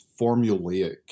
formulaic